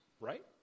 right